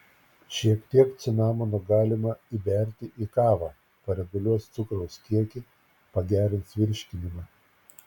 šiek tiek cinamono galima įberti į kavą pareguliuos cukraus kiekį pagerins virškinimą